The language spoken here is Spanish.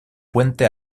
puente